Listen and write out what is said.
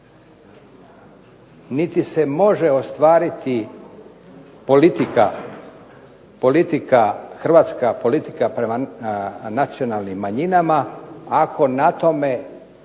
Niti se može ostvariti politika, hrvatska politika prema nacionalnim manjinama ako na tome